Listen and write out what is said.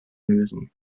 lösen